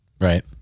Right